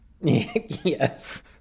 Yes